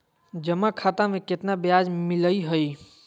जमा खाता में केतना ब्याज मिलई हई?